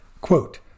quote